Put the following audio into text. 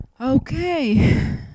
Okay